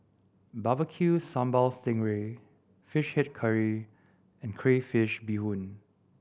bbq sambal sting ray Fish Head Curry and crayfish beehoon